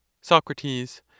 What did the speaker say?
Socrates